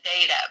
data